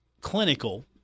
clinical